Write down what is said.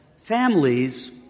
families